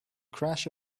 crash